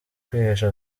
kwihesha